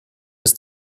ist